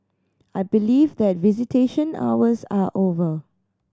I believe that visitation hours are over